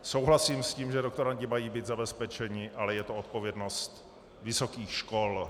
Souhlasím s tím, že doktorandi mají být zabezpečeni, ale je to odpovědnost vysokých škol.